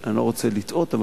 אני לא רוצה לטעות,